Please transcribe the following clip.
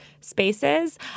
spaces